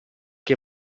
che